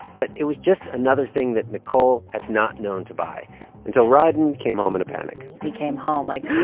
but it was just another thing that nicole had not known to buy until rieden came home in a panic he came home like,